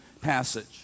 passage